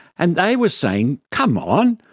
and they were saying, come on,